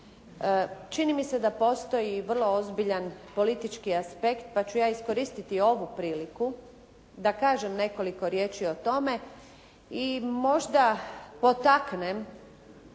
čini mi se da postoji i vrlo ozbiljan politički aspekt pa ću ja iskoristiti ovu priliku da kažem nekoliko riječi o tome i možda potaknem